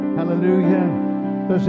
Hallelujah